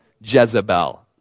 Jezebel